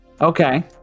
Okay